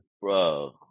Bro